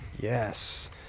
Yes